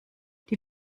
die